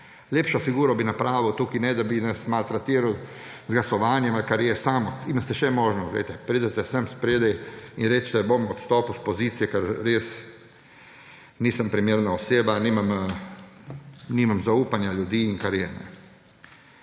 Lepšo figuro bi napravili tukaj, če nas ne bi maltretirali z glasovanjem ali kar je. Sami imate še možnost, pridete sem naprej in rečete, bom odstopil s pozicije, ker res nisem primerna oseba, nimam zaupanja ljudi in kar je.